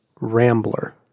Rambler